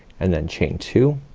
and then chain two,